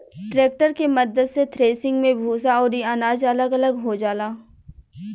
tractor के मद्दत से थ्रेसिंग मे भूसा अउरी अनाज अलग अलग हो जाला